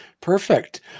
Perfect